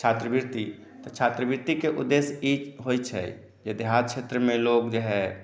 छात्रवृति तऽ छात्रवृति के उद्देश्य ई होइ छै जे देहात क्षेत्र मे लोक जे है सब